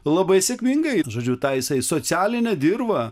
labai sėkmingai žodžiu tą jisai socialinę dirvą